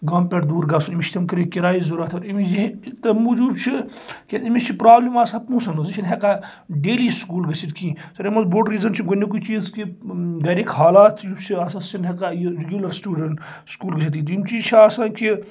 گامہٕ پٮ۪ٹھ دوٗر گژھُن أمس چھِ تِم کراے ضرورت أمس یہِ ہیٚکہِ تَمہِ موٗجوٗب چھُ کیازِ أمِس چھِ پرابلِم آسان پونٛسن ہِنٛز یہِ چھُنہٕ ہیٚکان ڈیلی سکوٗل گَژھتھ کہیٖنۍ أمیُک بوٚڑ ریزن چھُ گۄڈٕنِکُے چیٖز کہِ گرِک حالات یُس چھُ آسان سُہ چھُنہٕ ہیٚکان یہِ رُگیولر سِٹوڈنٹ سکوٗل گٔژھتھ یِم چیٖز چھِ آسان کہِ